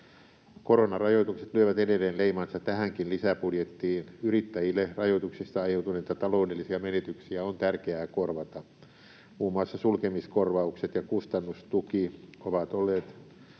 Koronarajoitukset lyövät edelleen leimansa tähänkin lisäbudjettiin. Yrittäjille rajoituksista aiheutuneita taloudellisia menetyksiä on tärkeää korvata. Muun muassa sulkemiskorvaukset ja kustannustuki ovat olleet